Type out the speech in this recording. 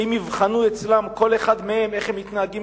שאם נבחן אצל כל אחד בו איך הם מתנהגים